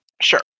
Sure